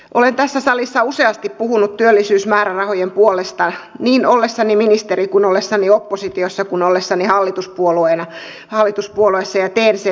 olen tässä salissa useasti puhunut työllisyysmäärärahojen puolesta niin ollessani ministeri ollessani oppositiossa kuin ollessani hallituspuolueessa ja teen sen taas